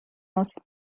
muss